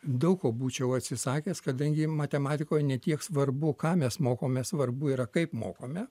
daug ko būčiau atsisakęs kadangi matematikoj ne tiek svarbu ką mes mokomės svarbu yra kaip mokome